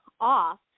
off